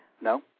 No